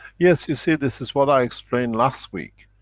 yes. you see, this is what i explained last week.